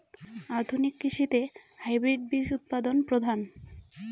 আধুনিক কৃষিতে হাইব্রিড বীজ উৎপাদন প্রধান